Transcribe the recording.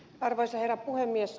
arvoisa herra puhemies